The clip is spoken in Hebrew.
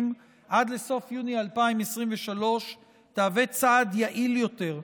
עד לסוף יוני 2023 תהווה צעד יעיל יותר,